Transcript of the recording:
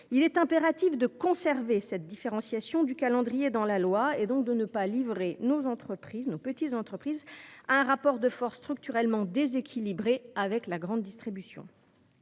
Il est impératif de conserver la différenciation du calendrier dans le texte, afin de ne pas livrer nos petites entreprises à un rapport de force structurellement déséquilibré avec la grande distribution.